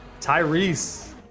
Tyrese